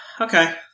okay